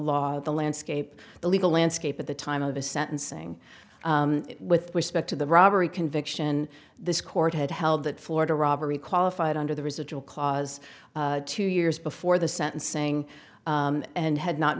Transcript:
law the landscape the legal landscape at the time of his sentencing with respect to the robbery conviction this court had held that florida robbery qualified under the residual clause two years before the sentencing and had not